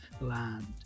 Land